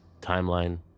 Timeline